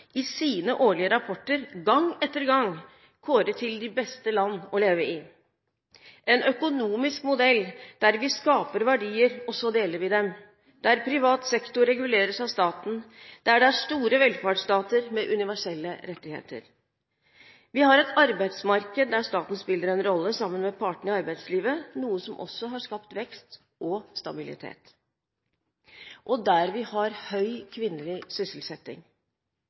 i sine årlige rapporter gang på gang kårer til de beste land å leve i. Dette er en økonomisk modell der vi skaper verdier og så deler dem, der privat sektor reguleres av staten, og der det er store velferdsstater med universelle rettigheter. Vi har et arbeidsmarked der staten spiller en rolle sammen med partene i arbeidslivet, noe som også har skapt vekst og stabilitet, og der vi har høy kvinnelig sysselsetting.